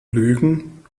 lügen